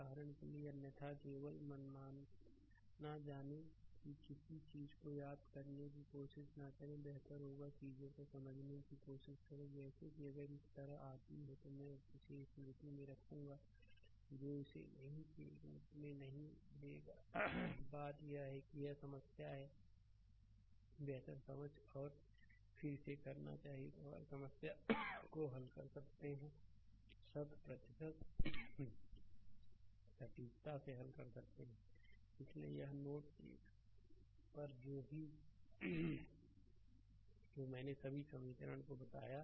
उदाहरण के लिए अन्यथा केवल मनमाना जानें या किसी चीज को याद में रखने की कोशिश न करें बेहतर होगा कि चीजों को समझने की कोशिश करें जैसे कि अगर यह इस तरह आती है तो मैं इसे स्मृति में रखूंगा जो इसे नहीं के रूप में नहीं देगा बात यह है कि एक समस्या है बेहतर समझ और फिर इसे करना चाहिए तो हर समस्या को हल कर सकते हैं 100 प्रतिशत सटीकता से हल कर सकते हैं इसलिए यह नोड 1 पर है जो मैंने सभी समीकरणों को बताया